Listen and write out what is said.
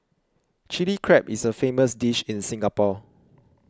Chilli Crab is a famous dish in Singapore